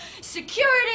security